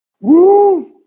Woo